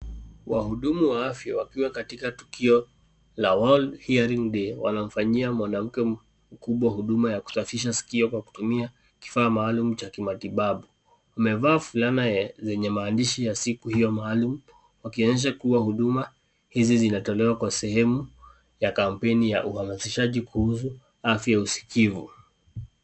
Wahudumu wa afya wakiwa katika tukio la; World Hearing Day, wanamfanyia mwanamke mkubwa huduma ya kusafisha sikio kwa kutumia kifaa maalum cha kimatibabu. Wamevaa fulana zenye maandishi ya siku hiyo maalum, wakionyesha kuwa huduma hizi zinatolewa kwa sehemu ya kampeni ya uhamasishaji kuhusu; Afya ya Usikivu.